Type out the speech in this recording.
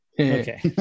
Okay